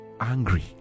angry